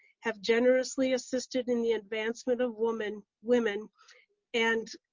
have generously assisted in the advancement of women women and,